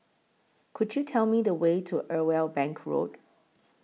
Could YOU Tell Me The Way to Irwell Bank Road